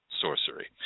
Sorcery